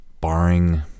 barring